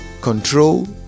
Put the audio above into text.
control